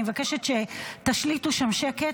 אני מבקשת שתשליטו שם שקט,